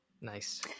nice